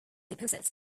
deposits